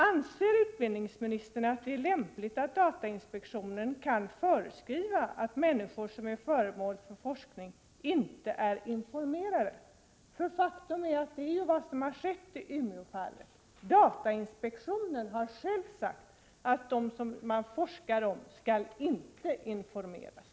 Anser utbildningsministern att det är lämpligt att datainspektionen kan föreskriva att människor som är föremål för forskning inte skall informeras? Faktum är att det är vad som har skett i Umeåfallet. Datainspektionen har uttalat att de man forskar om inte skall informeras!